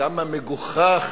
כמה מגוחך